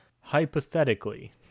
hypothetically